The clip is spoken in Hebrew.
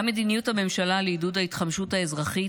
גם מדיניות הממשלה לעידוד ההתחמשות האזרחית